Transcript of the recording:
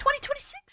2026